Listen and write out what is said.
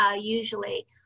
usually